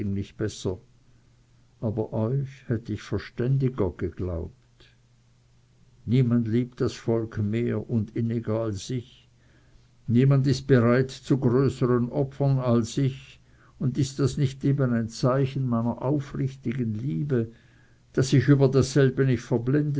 nicht besser aber euch hätte ich verständiger geglaubt niemand liebt das volk mehr und inniger als ich niemand ist bereit zu größern opfern als gerade ich und ist das nicht eben ein zeichen meiner aufrichtigen liebe daß ich über dasselbe nicht verblendet